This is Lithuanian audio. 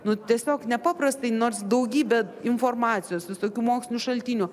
nu tiesiog nepaprastai nors daugybė informacijos visokių mokslinių šaltinių